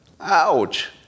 Ouch